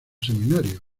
seminario